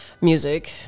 music